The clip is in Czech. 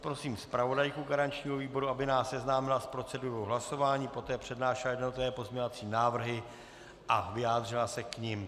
Poprosím zpravodajku garančního výboru, aby nás seznámila s procedurou hlasování, poté přednášela jednotlivé pozměňovací návrhy a vyjádřila se k nim.